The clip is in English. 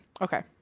Okay